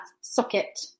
socket